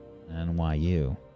NYU